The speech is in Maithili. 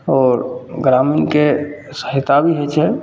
आओर ग्रामीणके सहायता भी होइ छै